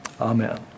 Amen